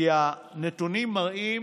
כי הנתונים מראים